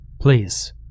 Please